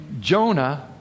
Jonah